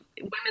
women